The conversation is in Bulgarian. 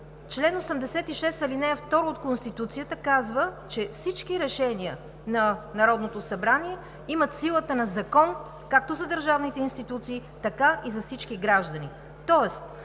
чл. 86, ал. 2 от Конституцията казва, че всички решения на Народното събрание имат силата на закон, както за държавните институции, така и за всички граждани.